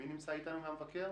נמצא איתנו מהמבקר?